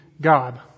God